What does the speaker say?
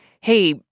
Hey